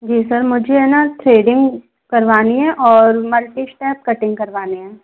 जी sir मुझे है ना थ्रेडिंग करवानी है और मल्टी स्टेप कटिंग करवानी है